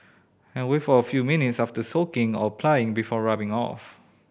and a few minutes after soaking or applying before rubbing off